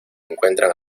encuentran